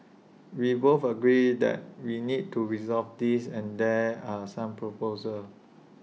we both agree that we need to resolve this and there are some proposals